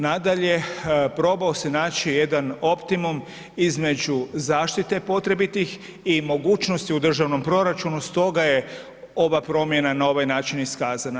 Nadalje, probao se naći jedan optimum između zaštite potrebitih i mogućnosti u državnom proračunu, stoga je ova promjena na ovaj način iskazana.